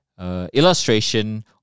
Illustration